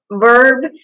Verb